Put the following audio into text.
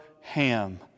Ham